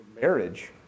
marriage